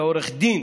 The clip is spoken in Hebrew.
לעו"ד,